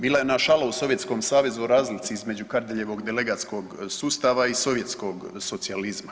Bila je jedna šala u Sovjetskom savezu o razlici između Kardeljevog delegatskog sustava i sovjetskog socijalizma.